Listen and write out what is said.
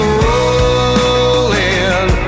rolling